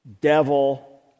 devil